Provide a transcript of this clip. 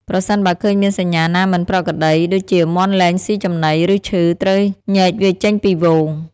ប្រសិនបើឃើញមានសញ្ញាណាមិនប្រក្រតី ដូចជាមាន់លែងស៊ីចំណី ឬឈឺ ត្រូវញែកវាចេញពីហ្វូង។